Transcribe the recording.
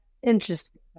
interesting